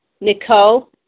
Nicole